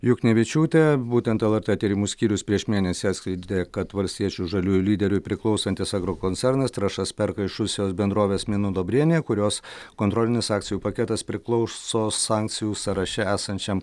juknevičiūtė būtent lrt tyrimų skyrius prieš mėnesį atskleidė kad valstiečių žaliųjų lyderiui priklausantis agrokoncernas trąšas perka iš rusijos bendrovės minudobrėnija kurios kontrolinis akcijų paketas priklauso sankcijų sąraše esančiam